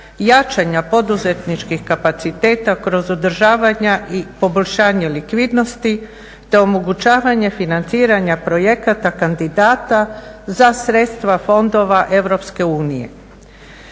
jačanja poduzetničkih kapaciteta kroz održavanja i poboljšanje likvidnosti te omogućavanje financiranja projekata kandidata za sredstva fondova EU.